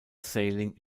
sailing